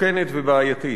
מסוכנת ובעייתית.